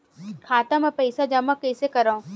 खाता म पईसा जमा कइसे करव?